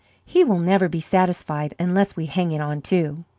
he will never be satisfied unless we hang it on too.